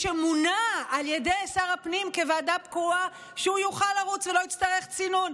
שמונה על ידי שר הפנים כוועדה קרואה שהוא יוכל לרוץ ולא יצטרך צינון.